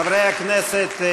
חברי הכנסת,